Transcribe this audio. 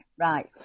right